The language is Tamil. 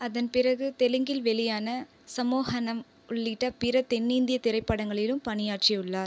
அதன் பிறகு தெலுங்கில் வெளியான சம்மோஹனம் உள்ளிட்ட பிற தென்னிந்தியத் திரைப்படங்களிலும் பணியாற்றியுள்ளார்